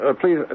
please